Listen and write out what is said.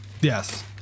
Yes